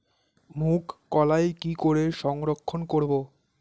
মুঘ কলাই কি করে সংরক্ষণ করব?